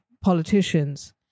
politicians